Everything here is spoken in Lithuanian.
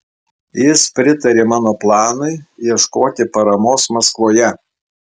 jis pritarė mano planui ieškoti paramos maskvoje